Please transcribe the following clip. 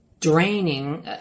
draining